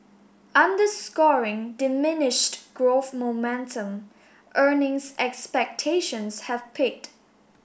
underscoring diminished growth momentum earnings expectations have peaked